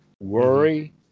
worry